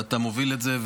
ואתה מוביל את זה,